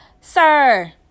sir